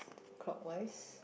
clockwise